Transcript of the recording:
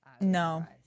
No